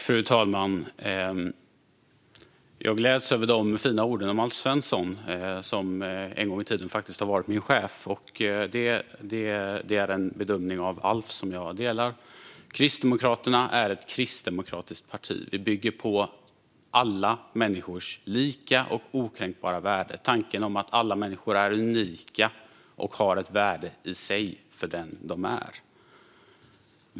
Fru talman! Jag gläds över de fina orden om Alf Svensson, som en gång i tiden faktiskt var min chef. Det är en bedömning av Alf som jag delar. Kristdemokraterna är ett kristdemokratiskt parti. Det bygger på alla människors lika och okränkbara värde, på tanken om att alla människor är unika och har ett värde för den de är.